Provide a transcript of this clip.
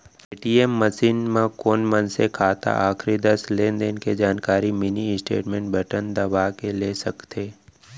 ATM machine म कोन मनसे खाता आखरी दस लेनदेन के जानकारी मिनी स्टेटमेंट बटन दबा के ले सकथे